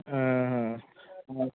ಹಾಂ ಹಾಂ